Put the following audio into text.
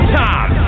time